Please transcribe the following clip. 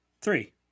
Three